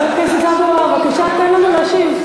חבר הכנסת אבו עראר, בבקשה תן לו להשיב.